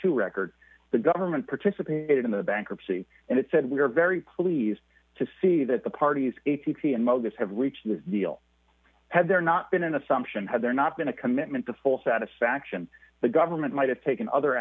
two records the government participated in the bankruptcy and it said we're very pleased to see that the parties a t p and moses have reached a deal had there not been an assumption had there not been a commitment to full satisfaction the government might have taken other